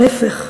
להפך.